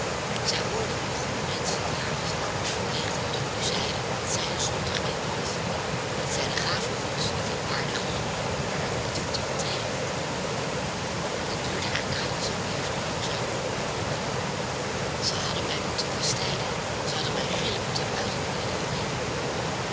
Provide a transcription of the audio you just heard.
zij hoorde hoe de goede menschen die haar als ouders verpleegd hadden nu zeiden dat zij een zondig kind was dat zij de gaven gods niet in waarde gehouden maar daarop met voeten getreden had de deur der genade zou eerst langzaam voor haar opengaan zij hadden mij moeten kastijden zij hadden mijn grillen moeten uitroeien dacht inge